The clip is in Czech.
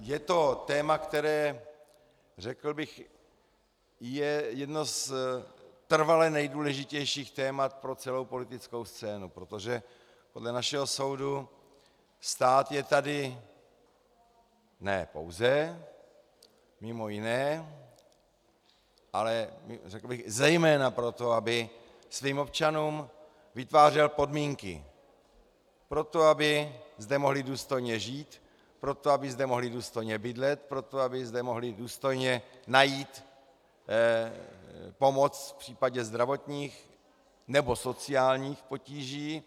Je to téma, které, řekl bych, je jedno z trvale nejdůležitějších témat pro celou politickou scénu, protože dle našeho soudu stát je tady ne pouze, mimo jiné, ale řekl bych zejména pro to, aby svým občanům vytvářel podmínky pro to, aby zde mohli důstojně žít, pro to, aby zde mohli důstojně bydlet, pro to, aby zde mohli důstojně najít pomoc v případě zdravotních nebo sociálních potíží.